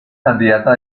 candidata